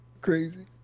crazy